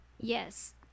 Yes